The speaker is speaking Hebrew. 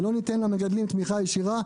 ולא ניתן למגדלים תמיכה ישירה,